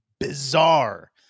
bizarre